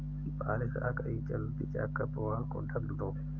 बारिश आ गई जल्दी जाकर पुआल को ढक दो